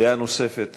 דעה נוספת